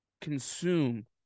consume